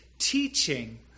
teaching